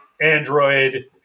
android